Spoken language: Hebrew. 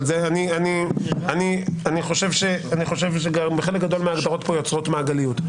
אני חושב שחלק גדול מההגדרות פה יוצרות מעגליות.